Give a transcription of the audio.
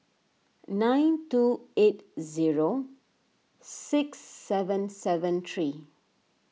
nine two eight zero six seven seven three